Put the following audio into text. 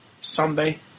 Sunday